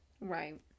Right